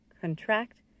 contract